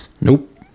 Nope